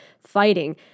fighting